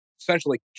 Essentially